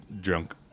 drunk